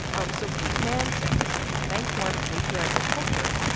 um so kate manne says, thanks to our patriarchal culture,